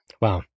Wow